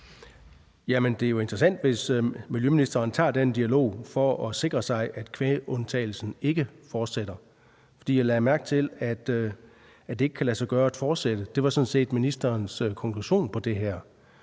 Det er jo interessant, hvis miljøministeren tager den dialog for at sikre sig, at kvægundtagelsen ikke fortsætter, for jeg lagde mærke til, at det ikke kan lade sig gøre at fortsætte. Det var sådan set ministerens konklusion på det her,